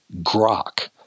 grok